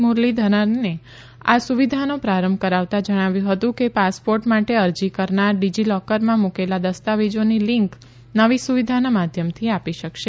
મુરલીધરને આ સુવિધાનો પ્રારંભ કરાવતા જણાવ્યું હતું કે પાસપોર્ટ માટે અરજી કરનાર ડીજીલોકરમાં મુકેલા દસ્તાવેજોની લીંક નવી સુવિધાના માધ્યમથી આપી શકશે